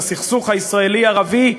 בסכסוך הישראלי ערבי,